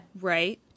right